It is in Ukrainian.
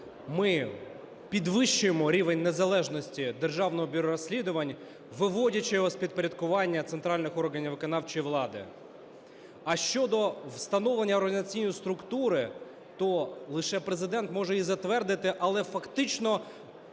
ми підвищуємо рівень незалежності Державного бюро розслідувань, виводячи його з підпорядкування центральних органів виконавчої влади. А щодо встановлення організаційної структури, то лише Президент може її затвердити, але, фактично,